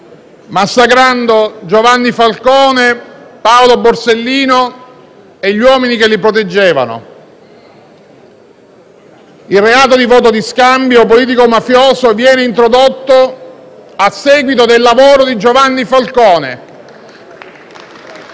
massacrando Giovanni Falcone, Paolo Borsellino e gli uomini che li proteggevano. Il reato di voto di scambio politico-mafioso viene introdotto a seguito del lavoro di Giovanni Falcone